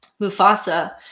Mufasa